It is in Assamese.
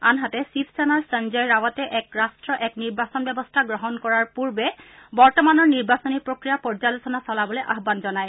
আনহাতে শিৱসেনাৰ সঞ্জয় ৰাৱটে এক ৰাষ্ট্ৰ এক নিৰ্বাচন ব্যৱস্থা গ্ৰহণ কৰাৰ পূৰ্বে বৰ্তমানৰ নিৰ্বাচনী প্ৰক্ৰিয়া পৰ্যালোচনা চলাবলৈ আহান জনায়